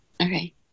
Okay